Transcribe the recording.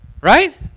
Right